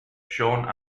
sean